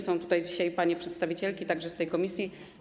Są tutaj dzisiaj panie przedstawicielki także z tej komisji.